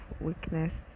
weakness